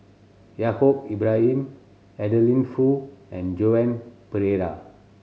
Yaacob Ibrahim Adeline Foo and Joan Pereira